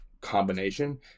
combination